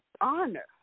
honor